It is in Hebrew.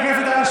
לך.